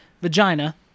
vagina